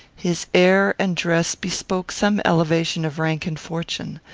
his air and dress bespoke some elevation of rank and fortune.